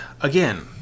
again